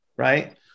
Right